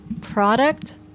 product